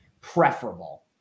preferable